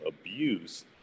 abuse